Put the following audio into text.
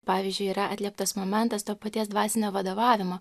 pavyzdžiui yra atlieptas momentas to paties dvasinio vadovavimo